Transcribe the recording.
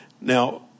Now